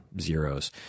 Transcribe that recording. zeros